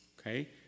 okay